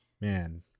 Man